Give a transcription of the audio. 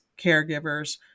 caregivers